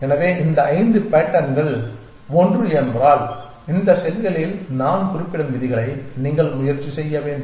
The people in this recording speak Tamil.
எனவே இந்த ஐந்து பேட்டர்ன்கள் ஒன்று என்றால் இந்த செல்களில் நான் குறிப்பிடும் விதிகளை நீங்கள் முயற்சி செய்ய வேண்டும்